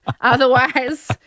Otherwise